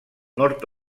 nord